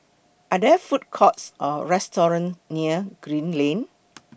Are There Food Courts Or restaurants near Green Lane